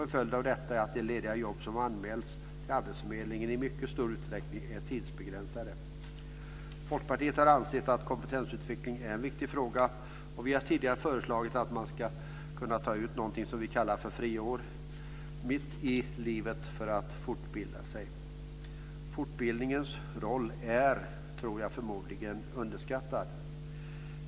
En följd av detta är att de lediga jobb som anmäls till arbetsförmedlingen i mycket stor utsträckning är tidsbegränsade. Folkpartiet har ansett att kompetensutveckling är en viktig fråga. Vi har tidigare föreslagit att man ska kunna ta ut något som vi kallar för friår mitt i livet för att fortbilda sig. Fortbildningens roll är förmodligen underskattad.